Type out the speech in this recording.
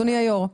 אדוני היו"ר?